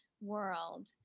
world